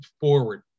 forward